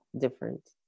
different